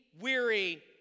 weary